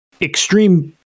extreme